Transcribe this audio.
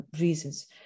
reasons